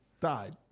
died